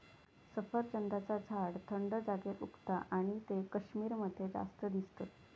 सफरचंदाचा झाड थंड जागेर उगता आणि ते कश्मीर मध्ये जास्त दिसतत